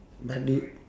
but u~